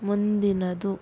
ಮುಂದಿನದು